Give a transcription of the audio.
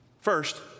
First